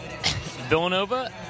Villanova